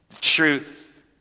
truth